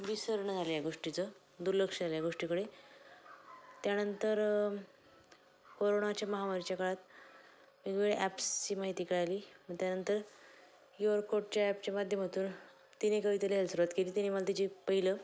विसरणं झाल्या या गोष्टीचं दुर्लक्ष झालं या गोष्टीकडे त्यानंतर कोरोणाच्या महामारीच्या काळात वेगवेगळ्या ॲप्सची माहिती कळाली मग त्यानंतर युअरकोडच्या ॲपच्या माध्यमातून तिने कविता लिहायला सुरूवात केली तिने मला तिचं पहिलं